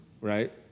right